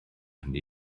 hynny